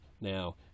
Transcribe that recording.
now